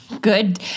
Good